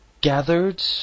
gathered